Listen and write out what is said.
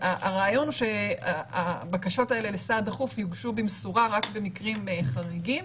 הרעיון הוא שהבקשות האלה לסעד דחוף יוגשו במשורה רק במקרים חריגים.